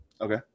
Okay